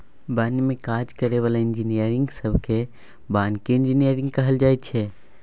बन में काज करै बला इंजीनियरिंग सब केँ बानिकी इंजीनियर कहल जाइ छै